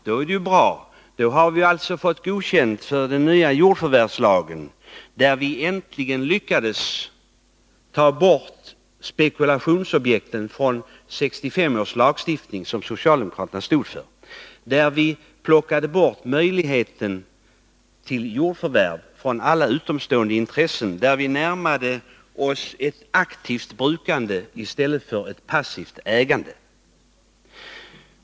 Det är bra — då har vi alltså fått ett godkännande av den nya jordförvärvslagen, där vi äntligen har lyckats ta bort spekulationsobjekten från 1965 års lagstiftning, som socialdemokraterna stod för, där vi plockat bort möjligheten till jordförvärv från alla utomstående intressen och där vi närmat oss ett aktivt brukande i stället för ett passivt ägande.